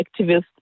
activists